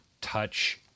touch